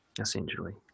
essentially